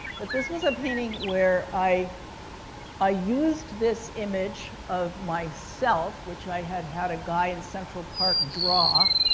but this was a painting where i i used this image of myself, which i had had a guy in central park draw.